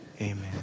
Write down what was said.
Amen